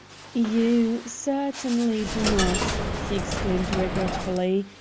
you certainly do not, he exclaimed regretfully.